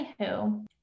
anywho